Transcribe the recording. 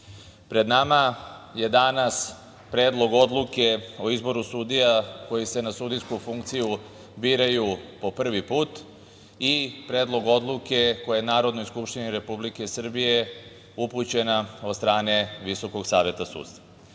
pred nama je danas Predlog odluke o izboru sudija koji se na sudijsku funkciju biraju po prvi put i Predlog odluke koju je Narodnoj skupštini Republike Srbije upućena od strane VSS.Mi smo u ovom